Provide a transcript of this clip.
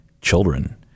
children